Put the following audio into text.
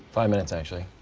five minutes, actually.